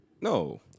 No